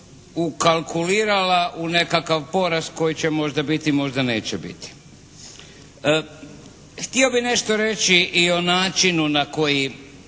ukalkulirala u nekakav porast koji će možda biti, možda neće biti. Htio bih nešto reći i o načinu na koji